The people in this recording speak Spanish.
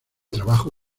trabajo